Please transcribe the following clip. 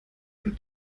für